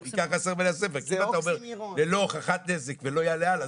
אתה אומר ללא הוכחת נזק ולא יעלה על,